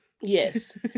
yes